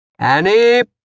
Annie